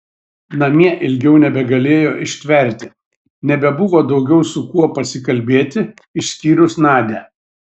namie ilgiau nebegalėjo ištverti nebebuvo daugiau su kuo pasikalbėti išskyrus nadią